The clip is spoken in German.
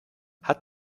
hat